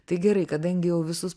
tai gerai kadangi jau visus